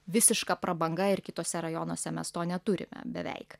visiška prabanga ir kituose rajonuose mes to neturime beveik